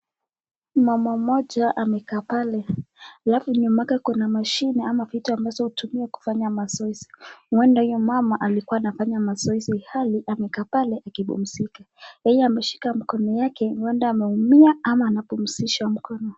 Mama mmoja amekaa pale, halafu nyuma yake kuna mashine ama vitu ambazo hutumiwa kufanya mazoezi, nowonder huyo mama alikuwa anafanya mazoezi ilihali amekaa pale akipumzika, yeye ameshika mkono wake nowonder ameumia ama anapumzisha mkono.